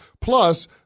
Plus